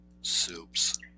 Soups